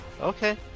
Okay